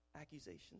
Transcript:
Accusations